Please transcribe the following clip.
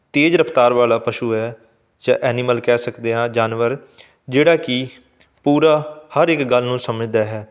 ਤੇਜ਼ ਰਫਤਾਰ ਵਾਲਾ ਪਸ਼ੂ ਹੈ ਜਾਂ ਐਨੀਮਲ ਕਹਿ ਸਕਦੇ ਹਾਂ ਜਾਨਵਰ ਜਿਹੜਾ ਕਿ ਪੂਰਾ ਹਰ ਇਕ ਗੱਲ ਨੂੰ ਸਮਝਦਾ ਹੈ